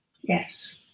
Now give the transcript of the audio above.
yes